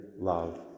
love